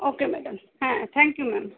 ওকে madam হ্যাঁ thank you ma'am